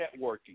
networking